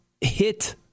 hit